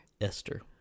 Esther